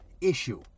issue